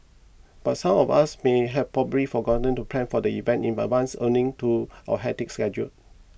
but some of us may have probably forgotten to plan for the event in advance owing to our hectic schedule